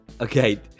Okay